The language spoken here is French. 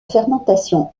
fermentation